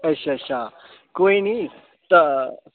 अच्छा अच्छा कोई निं ता